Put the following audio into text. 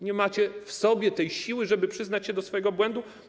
Nie macie w sobie tej siły, żeby przyznać się do swojego błędu.